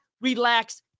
relax